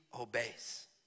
obeys